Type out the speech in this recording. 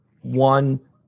one